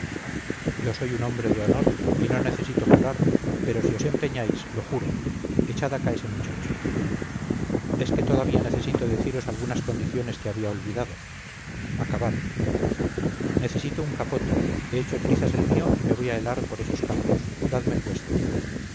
yo soy un hombre de honor y no necesito jurar pero si os empeñáis lo juro echad acá ese muchacho es que todavía necesito deciros algunas condiciones que había olvidado acabad necesito un capote he hecho trizas el mío y me voy a helar por esos campos dadme el vuestro